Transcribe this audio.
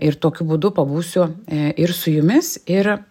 ir tokiu būdu pabūsiu ir su jumis ir